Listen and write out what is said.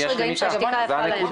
יש רגעים שהשתיקה יפה להם.